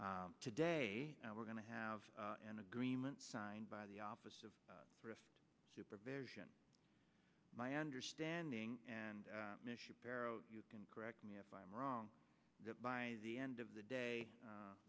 today and we're going to have an agreement signed by the office of thrift supervision my understanding and michelle you can correct me if i'm wrong that by the end of the day